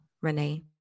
Renee